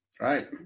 Right